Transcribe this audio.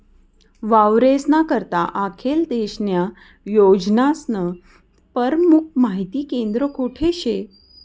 वावरेस्ना करता आखेल देशन्या योजनास्नं परमुख माहिती केंद्र कोठे शे?